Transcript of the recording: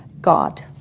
God